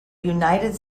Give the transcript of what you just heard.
united